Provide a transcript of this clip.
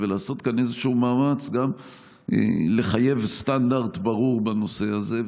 ולעשות כאן איזשהו מאמץ גם לחייב סטנדרט ברור בנושא הזה,